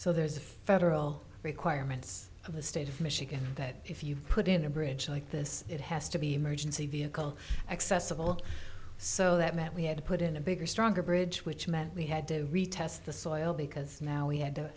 so there's a federal requirements of the state of michigan that if you put in a bridge like this it has to be emergency vehicle accessible so that meant we had to put in a bigger stronger bridge which meant we had to retest the soil because now we had to